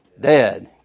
Dead